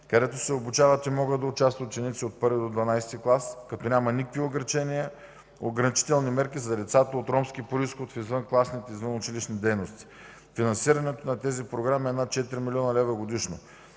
където се обучават и могат да участват ученици от І до ХІІ клас, като няма никакви ограничения и ограничителни мерки за децата от ромски произход в извънкласните и извънучилищни дейности. Финансирането на тези програми е над 4 млн. лв. годишно.